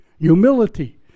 Humility